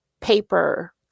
paper